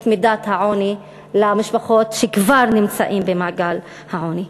מידת העוני במשפחות שכבר נמצאות במעגל העוני.